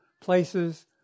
places